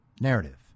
narrative